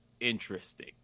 interesting